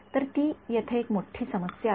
तर ती येथे एक मोठी समस्या आहे